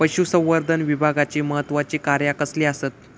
पशुसंवर्धन विभागाची महत्त्वाची कार्या कसली आसत?